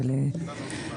כמובן,